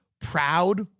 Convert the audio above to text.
proud